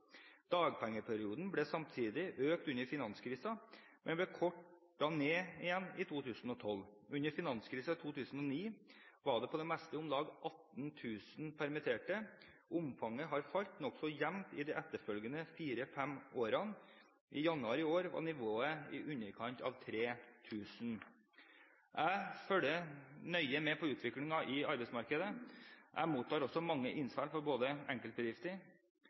Dagpengeperioden ble samtidig økt under finanskrisen, men ble kortet ned igjen i 2012. Under finanskrisen i 2009 var det på det meste om lag 18 000 permitterte. Omfanget har falt nokså jevnt i de etterfølgende fire–fem årene. I januar i år var nivået i underkant av 3 000. Jeg følger nøye med på utviklingen i arbeidsmarkedet. Jeg mottar også mange innspill fra både enkeltbedrifter,